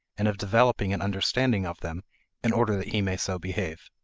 and of developing an understanding of them in order that he may so behave.